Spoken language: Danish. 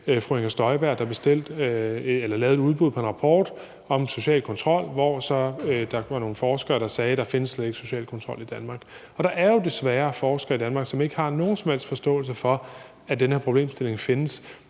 fru Inger Støjberg lavede et udbud på en rapport om social kontrol, og hvor der så var nogle forskere, der sagde, at der slet ikke findes social kontrol i Danmark. Og der er jo desværre forskere i Danmark, som ikke har nogen som helst forståelse for, at den her problemstilling findes,